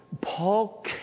Paul